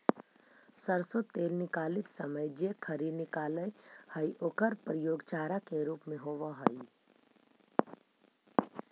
सरसो तेल निकालित समय जे खरी निकलऽ हइ ओकर प्रयोग चारा के रूप में होवऽ हइ